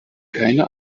keine